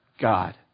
God